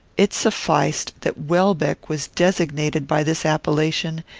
it sufficed that welbeck was designated by this appellation,